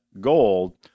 gold